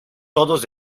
todos